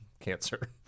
cancer